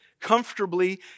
comfortably